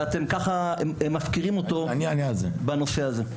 וככה אתם מפקירים אותו בנושא הזה.